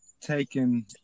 taken